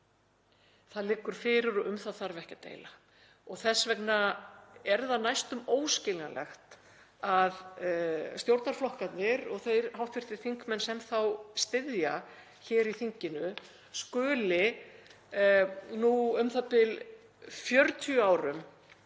Það liggur fyrir og um það þarf ekki að deila. Þess vegna er það næstum óskiljanlegt að stjórnarflokkarnir og þeir hv. þingmenn sem þá styðja hér í þinginu skuli nú, u.þ.b. 40 árum